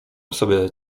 sobie